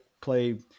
play